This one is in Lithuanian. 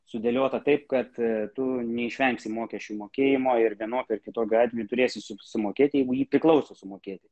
sudėliota taip kad tu neišvengsi mokesčių mokėjimo ir vienokio ar kito gatvių turėsiu sumokėti jeigu ji priklauso sumokėti